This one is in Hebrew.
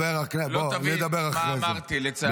בוא, נדבר אחרי זה.